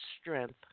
strength